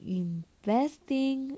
investing